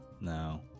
No